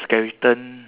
science lab